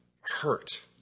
hurt